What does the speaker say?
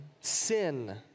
sin